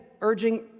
urging